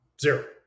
zero